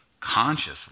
consciously